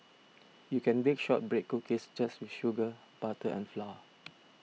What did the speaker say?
you can bake Shortbread Cookies just with sugar butter and flour